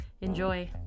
Enjoy